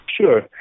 Sure